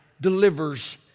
delivers